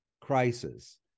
crisis